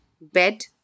bed